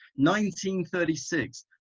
1936